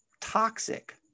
toxic